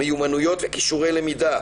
מיומנויות וכישורי למידה.